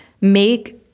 make